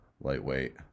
lightweight